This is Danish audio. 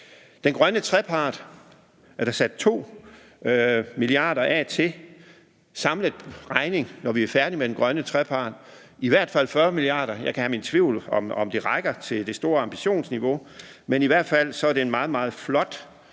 Den grønne trepart er der sat 2 mia. kr. af til. Den samlede regning, når vi er færdige med den grønne trepart er i hvert fald 40 mia. kr. Jeg kan have min tvivl om, om de rækker til det store ambitionsniveau, men det er i hvert fald en meget, meget flot aftale,